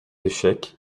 échec